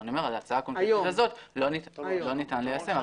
הצעה קונקרטית כזאת לא ניתן ליישם.